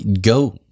go